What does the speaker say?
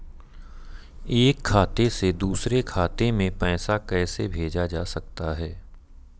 एक खाते से दूसरे खाते में पैसा कैसे भेजा जा सकता है?